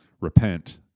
repent